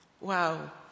Wow